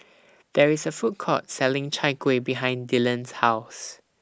There IS A Food Court Selling Chai Kueh behind Dyllan's House